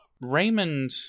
Raymond